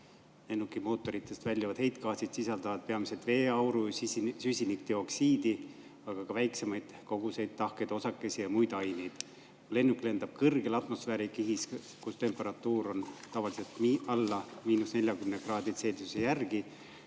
Lennukimootoritest väljuvad heitgaasid sisaldavad peamiselt veeauru, süsinikdioksiidi, aga ka väiksemaid koguseid tahkeid osakesi ja muid aineid. Lennuk lendab kõrgel atmosfäärikihis, kus temperatuur on tavaliselt alla –40 kraadi Celsiuse järgi,